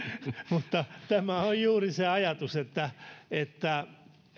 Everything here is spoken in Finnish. mutta tämä on juuri se ajatus että että